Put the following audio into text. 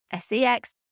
SEX